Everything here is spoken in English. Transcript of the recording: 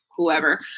whoever